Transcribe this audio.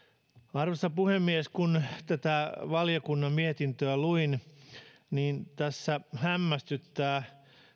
arvoisa puhemies kun tätä valiokunnan mietintöä luin niin tässä hämmästyttää